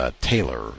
Taylor